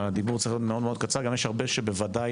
הדיבור צריך מאוד-מאוד קצר, ויש הרבה שבוודאי